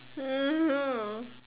mmhmm